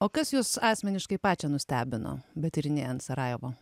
o kas jus asmeniškai pačią nustebino betyrinėjant sarajevo